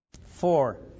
Four